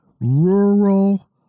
rural